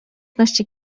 piękności